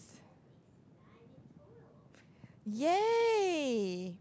yay